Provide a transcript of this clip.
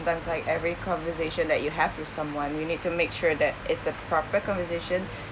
because like every conversation that you have with someone you need to make sure that it's a proper conversation